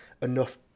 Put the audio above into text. enough